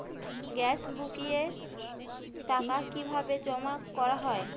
Gas বুকিংয়ের টাকা কিভাবে জমা করা হয়?